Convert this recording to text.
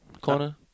corner